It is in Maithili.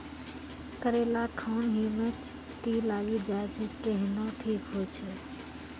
करेला खान ही मे चित्ती लागी जाए छै केहनो ठीक हो छ?